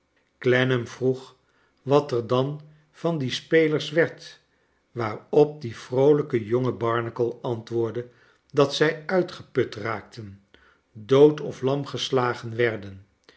clennam vroeg wat er dan van die spelers werd waarop die vroolijke jonge barnacle antwoordde dat zij uitgeput raakten dood of lam geslagen werden